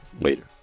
later